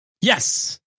Yes